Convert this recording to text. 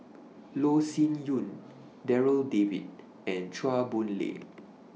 Loh Sin Yun Darryl David and Chua Boon Lay